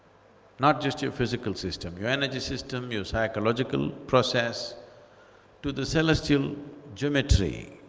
not just your physical system, your energy system, your psychological process to the celestial geometry